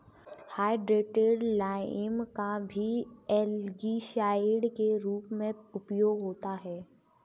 hydrated lime का भी algicide के रूप में उपयोग होता है